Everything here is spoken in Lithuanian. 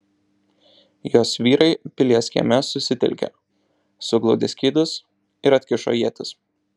jos vyrai pilies kieme susitelkė suglaudė skydus ir atkišo ietis